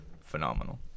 phenomenal